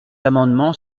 amendement